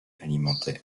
alimentaire